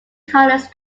colors